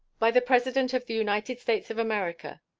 by the president of the united states of america.